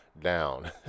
down